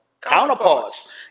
Counterparts